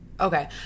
Okay